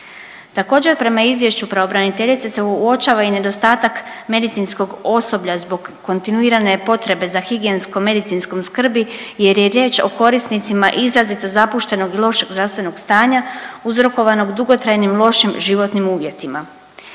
Također prema izvješću pravobraniteljice se uočava i nedostatak medicinskog osoblja zbog kontinuirane potrebe za higijensko-medicinskom skrbi jer je riječ o korisnicima izrazito zapuštenog i lošeg zdravstvenog stanja uzrokovanog dugotrajnim lošim životnim uvjetima.